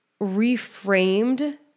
reframed